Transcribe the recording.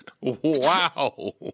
Wow